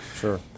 Sure